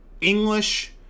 English